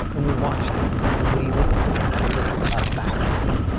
and we watch them. and we listen to them. and they listen to us back and forth.